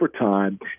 overtime